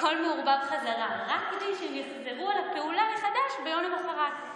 הכול מעורבב חזרה רק כדי שהם יחזרו על הפעולה מחדש ביום המוחרת.